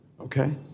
Okay